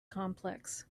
complex